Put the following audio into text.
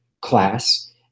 class